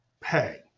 pay